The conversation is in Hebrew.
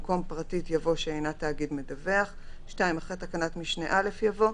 במקום "פרטית" יבוא "שאינה תאגיד מדווח"; (2) אחרי תקנת משנה (א) יבוא: